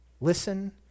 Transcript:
Listen